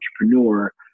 entrepreneur